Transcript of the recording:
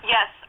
Yes